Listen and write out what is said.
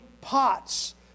pots